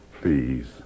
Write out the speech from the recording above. please